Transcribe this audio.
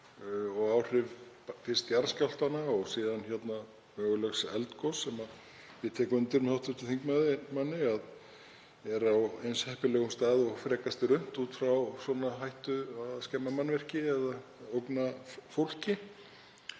og áhrifum jarðskjálftanna og síðan mögulegs eldgoss sem ég tek undir með hv. þingmanni að er á eins heppilegum stað og frekast er unnt út frá hættu á að skemma mannvirki eða ógna fólki.